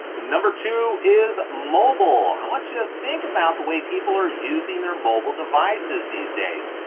number two is mobile. i want you think about the way people are using their mobile devices these days.